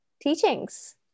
teachings